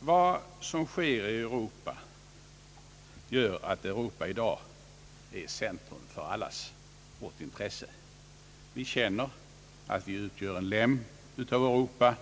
Vad som sker i Europa gör att Europå i dag är centrum för allas vårt intresse. Vi känner att vi utgör en lem av Europa.